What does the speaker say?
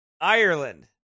Ireland